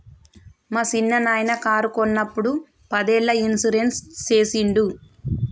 మా సిన్ననాయిన కారు కొన్నప్పుడు పదేళ్ళ ఇన్సూరెన్స్ సేసిండు